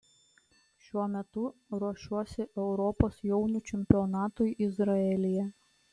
šiuo metu ruošiuosi europos jaunių čempionatui izraelyje